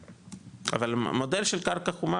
אבל מודל של קרקע חומה,